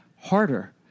harder